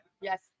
yes